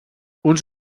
uns